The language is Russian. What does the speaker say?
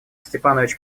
степанович